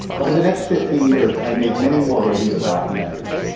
over the next fifteen years, i made many more radio documentaries,